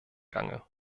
gange